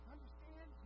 Understand